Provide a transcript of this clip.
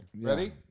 Ready